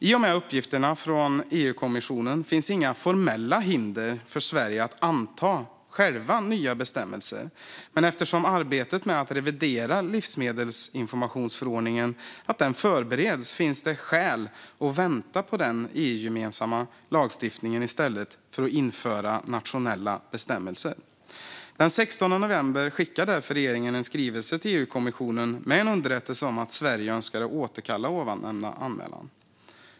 I och med uppgifterna från EU-kommissionen finns inga formella hinder för Sverige att självt anta nya bestämmelser, men eftersom arbetet med att revidera livsmedelsinformationsförordningen förbereds finns det skäl att vänta på den EU-gemensamma lagstiftningen i stället för att införa nationella bestämmelser. Den 16 november skickade därför regeringen en skrivelse till EU-kommissionen med en underrättelse om att Sverige önskar återkalla ovannämnda anmälan.